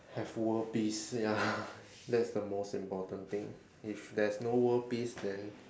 have world peace ya that's the most important thing if there's no world peace then